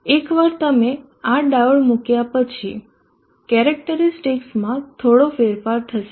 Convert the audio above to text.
એકવાર તમે આ ડાયોડ મૂક્યા પછી કેરેક્ટરીસ્ટિકસમાં થોડો ફેરફાર થશે